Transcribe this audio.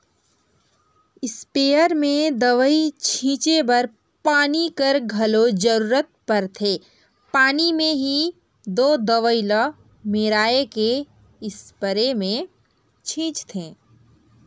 sprayer में दवई छींचे बर पानी कर घलो जरूरत परथे पानी में ही दो दवई ल मेराए के इस्परे मे छींचथें